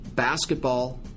basketball